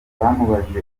bamubajije